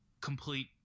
complete